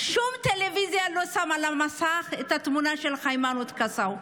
שום טלוויזיה לא שמה על המסך את התמונה של היימנוט קסאו.